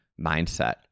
mindset